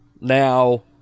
now